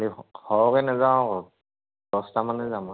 এই সৰহকৈ নাযাওঁ আকৌ দছটা মানে যাম আৰু